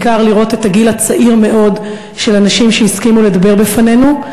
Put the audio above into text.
בעיקר לראות את הגיל הצעיר מאוד של אנשים שהסכימו לדבר בפנינו.